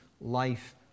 life